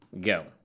Go